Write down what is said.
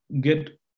get